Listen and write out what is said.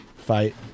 Fight